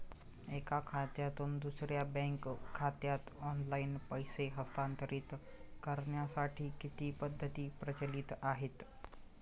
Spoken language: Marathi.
एका खात्यातून दुसऱ्या बँक खात्यात ऑनलाइन पैसे हस्तांतरित करण्यासाठी किती पद्धती प्रचलित आहेत?